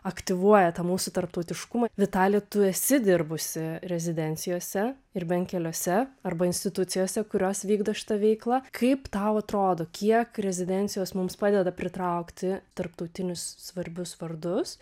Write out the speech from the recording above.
aktyvuoja tą mūsų tarptautiškumą vitalija tu esi dirbusi rezidencijose ir bent keliose arba institucijose kurios vykdo šitą veiklą kaip tau atrodo kiek rezidencijos mums padeda pritraukti tarptautinius svarbius vardus